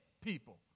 people